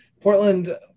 Portland